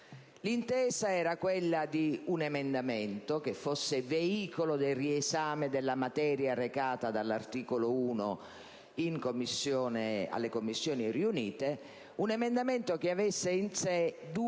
L'intesa era quella di un emendamento che fosse veicolo del riesame della materia recata dall'articolo 1 presso le Commissioni riunite: un emendamento che avesse in sé due